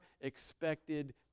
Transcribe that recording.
expected